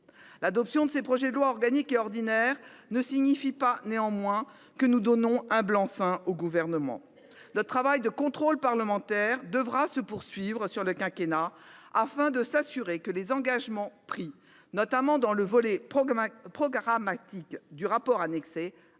L’adoption de ces projets de loi organique et ordinaire ne signifie pas pour autant que nous donnons un blanc-seing au Gouvernement. Notre travail de contrôle parlementaire devra se poursuivre durant le quinquennat, afin de nous assurer que les engagements pris, notamment dans le volet programmatique du rapport annexé,